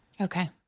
Okay